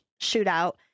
shootout